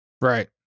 Right